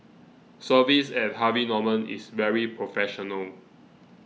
service at Harvey Norman is very professional